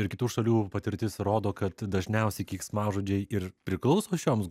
ir kitų šalių patirtis rodo kad dažniausiai keiksmažodžiai ir priklauso šioms